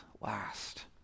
last